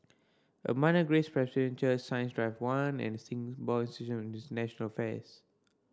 Abundant Grace Presbyterian Church Science Drive One and Singapore Institute of International Affairs